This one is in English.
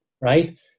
right